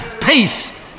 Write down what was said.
peace